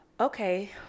okay